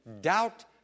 doubt